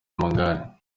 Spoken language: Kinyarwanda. amagare